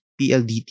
PLDT